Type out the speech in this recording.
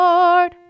Lord